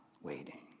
Waiting